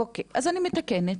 אוקיי, אז אני מתקנת,